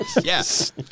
Yes